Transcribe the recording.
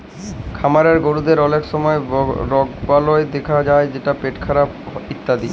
খামারের গরুদের অলক সময় রগবালাই দ্যাখা যায় যেমল পেটখারাপ ইত্যাদি